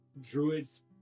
druids